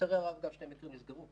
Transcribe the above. לצערי הרב, שני מקרים נסגרו